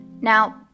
Now